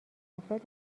افراد